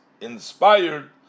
inspired